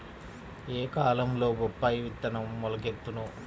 ఏ కాలంలో బొప్పాయి విత్తనం మొలకెత్తును?